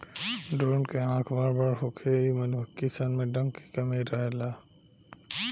drone के आँख बड़ बड़ होखेला इ मधुमक्खी सन में डंक के कमी रहेला